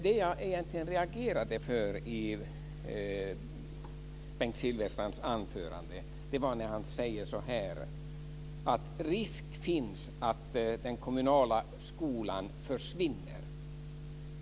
Det jag egentligen reagerade för i Bengt Silfverstrands anförande var när han sade: Det finns risk för att den kommunala skolan försvinner.